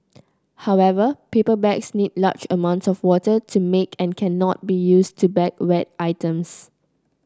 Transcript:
however paper bags need large amounts of water to make and cannot be used to bag wet items